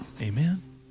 Amen